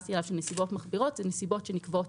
התייחסתי אליו של נסיבות מחמירות זה נסיבות שנקבעות